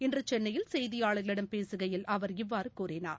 இன்றுசென்னையில் செய்தியாளர்களிடம் பேசுகையில் அவர் இவ்வாறுகூறினார்